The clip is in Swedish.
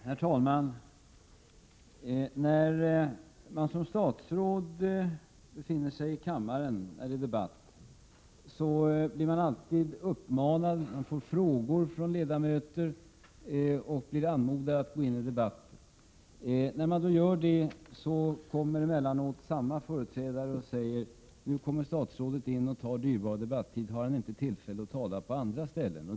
Herr talman! När man som statsråd befinner sig i kammaren under en debatt får man alltid frågor från ledamöter och blir anmodad att gå in i debatten. När man då gör detta kommer emellanåt samma företrädare och säger att statsrådet tar dyrbar debattid — har han inte tillfälle att tala på andra ställen?